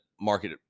market